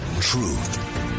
Truth